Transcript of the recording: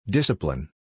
Discipline